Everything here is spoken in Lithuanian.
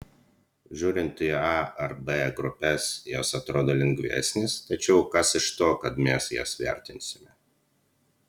žiūrint į a ar b grupes jos atrodo lengvesnės tačiau kas iš to kad mes jas vertinsime